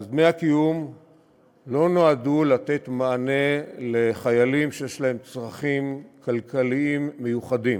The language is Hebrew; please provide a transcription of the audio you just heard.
דמי הקיום לא נועדו לתת מענה לחיילים שיש להם צרכים כלכליים מיוחדים,